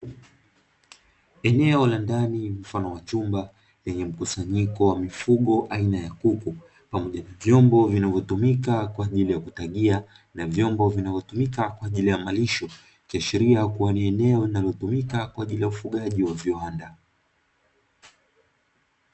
Eneo la ndani mfano wa chumba lenye mkusanyiko wa mifugo aina ya kuku, pamoja na vyombo vinavyotumika kwa ajili ya kutagia, na vyombo vinavyotumika kwa ajili ya malisho, ikiashiria kuwa ni eneo linalotumika kwa ajili ya ufugaji wa viwanda.